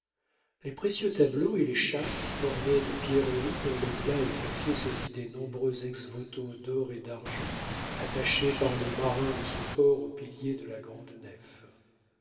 les précieux tableaux et les châsses ornées de pierreries dont l'éclat effaçait celui des nombreux ex-voto d'or et d'argent attachés par les marins de ce port aux piliers de la grande nef